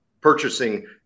purchasing